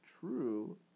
true